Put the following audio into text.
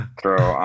throw